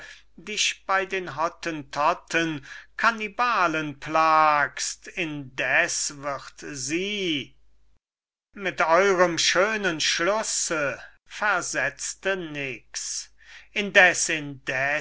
dich bei den hottentotten kannibalen plagst indes wird sie mit eurem schönen schlusse versetzte nix indes